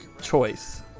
choice